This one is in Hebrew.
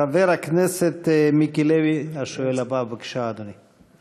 חבר הכנסת מיקי לוי, השואל הבא, בבקשה, אדוני.